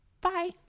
bye